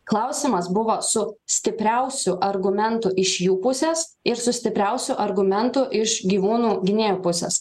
klausimas buvo su stipriausiu argumentu iš jų pusės ir su stipriausiu argumentu iš gyvūnų gynėjų pusės